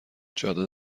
جاده